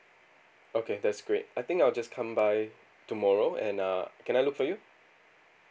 okay that's great I think I'll just come by tomorrow and uh can I look for you